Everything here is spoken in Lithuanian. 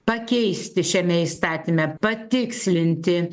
pakeisti šiame įstatyme patikslinti